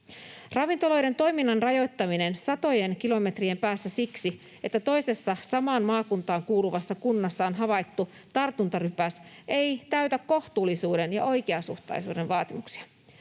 Ravintoloiden toiminnan rajoittaminen satojen kilometrien päässä siksi, että toisessa samaan maakuntaan kuuluvassa kunnassa on havaittu tartuntarypäs, ei täytä kohtuullisuuden ja oikeasuhtaisuuden vaatimuksia.